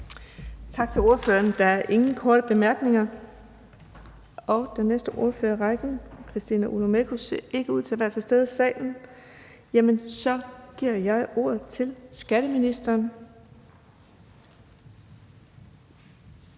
Tak til ordføreren. Der er ingen korte bemærkninger. Den næste ordfører i rækken, Christina Olumeko, ser ikke ud til at være til stede i salen, og så giver jeg ordet til skatteministeren.